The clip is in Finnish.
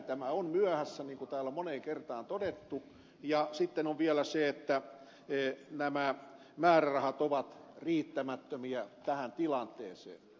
tämä on myöhässä niin kuin täällä on moneen kertaan todettu ja sitten on vielä se että nämä määrärahat ovat riittämättömiä tähän tilanteeseen